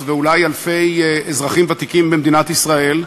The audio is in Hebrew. ואולי אלפי אזרחים ותיקים במדינת ישראל,